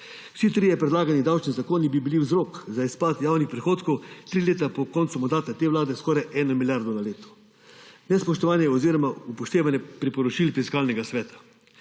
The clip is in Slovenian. Vsi trije predlagani davčnih zakoni bi bili vzrok za izpad javnih prihodkov tri leta po koncu mandata te vlade skoraj eno milijardo na leto. Nespoštovanje oziroma upoštevanje priporočil Fiskalnega sveta